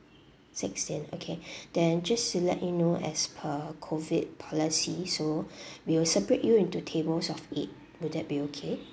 sixteen okay then just to let you know as per COVID policy so we will separate you into tables of eight would that be okay